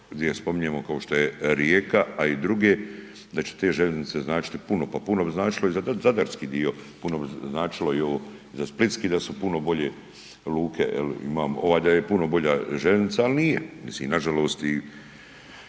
je spominjemo kao što je Rijeka, a i druge, da će te željeznice značiti puno. Pa puno bi značilo i za zadarski dio, puno bi značilo i ovo za splitski da su puno bolje luke jel, ovaj da je puno bolja željeznica, al nije. Mislim nažalost